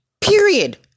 Period